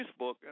Facebook